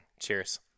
Cheers